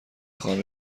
خواهم